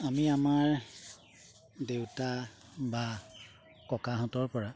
আমি আমাৰ দেউতা বা ককাহঁতৰপৰা